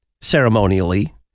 ceremonially